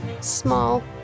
Small